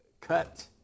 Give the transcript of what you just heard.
cut